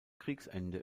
kriegsende